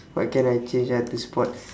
what can I change ah to sports